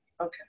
okay